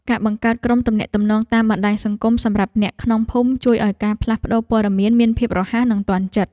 ការបង្កើតក្រុមទំនាក់ទំនងតាមបណ្តាញសង្គមសម្រាប់អ្នកក្នុងភូមិជួយឱ្យការផ្លាស់ប្តូរព័ត៌មានមានភាពរហ័សនិងទាន់ចិត្ត។